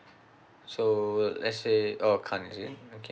so let's say or can't is it okay